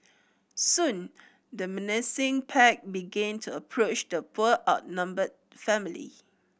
soon the menacing pack began to approach the poor outnumbered family